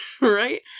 Right